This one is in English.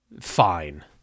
fine